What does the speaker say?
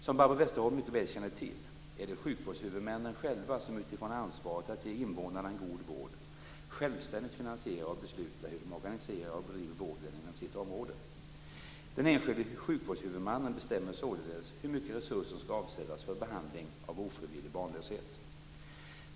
Som Barbro Westerholm mycket väl känner till är det sjukvårdshuvudmännen själva som, utifrån ansvaret att ge invånarna en god vård, självständigt finansierar och beslutar hur de organiserar och bedriver vården inom sitt område. Den enskilde sjukvårdshuvudmannen bestämmer således hur mycket resurser som skall avsättas för behandling av ofrivillig barnlöshet.